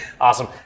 Awesome